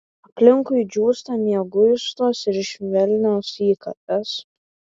aplinkui džiūsta mieguistos ir švelnios įkapės